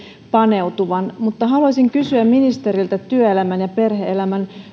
paneutuvan mutta haluaisin kysyä ministeriltä työelämän ja perhe elämän